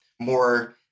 more